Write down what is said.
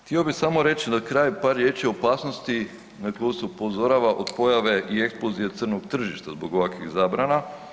Htio bih samo reći za kraj par riječi o opasnosti, na to se upozorava od pojave i eksplozije crnog tržišta zbog ovakvih zabrana.